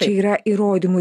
čia yra įrodymų